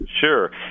Sure